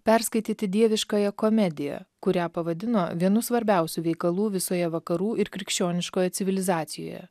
perskaityti dieviškąją komediją kurią pavadino vienu svarbiausių veikalų visoje vakarų ir krikščioniškoje civilizacijoje